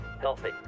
Healthy